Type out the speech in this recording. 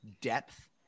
depth